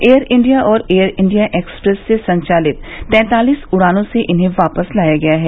air India और air India express से संचालित तैंतालीस उड़ानों से इन्हें वापस लाया गया है